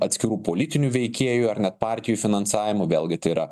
atskirų politinių veikėjų ar net partijų finansavimų vėlgi tai yra